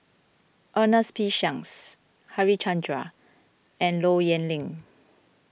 Ernest P Shanks Harichandra and Low Yen Ling